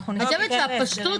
הפשטות,